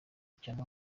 cyangwa